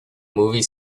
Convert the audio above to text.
movie